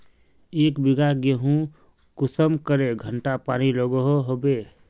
एक बिगहा गेँहूत कुंसम करे घंटा पानी लागोहो होबे?